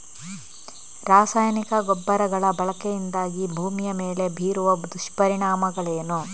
ರಾಸಾಯನಿಕ ಗೊಬ್ಬರಗಳ ಬಳಕೆಯಿಂದಾಗಿ ಭೂಮಿಯ ಮೇಲೆ ಬೀರುವ ದುಷ್ಪರಿಣಾಮಗಳೇನು?